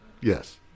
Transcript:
Yes